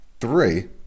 three